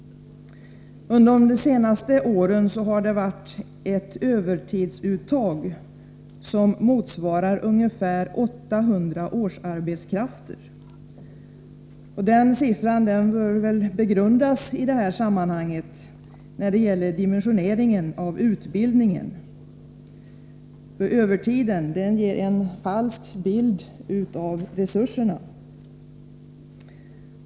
Under de senaste åren har det varit ett övertidsuttag som motsvarar ungefär 800 årsarbetskrafter. Den siffran bör väl begrundas när det gäller dimensioneringen av utbildningen. Övertiden ger en falsk bild av resurserna.